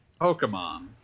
Pokemon